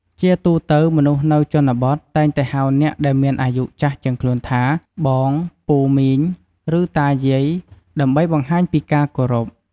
ជាទូទៅ មនុស្សនៅជនបទតែងតែហៅអ្នកដែលមានអាយុចាស់ជាងខ្លួនថា បង ពូ មីង ឬ តាយាយ ដើម្បីបង្ហាញពីការគោរព។